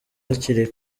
hakiri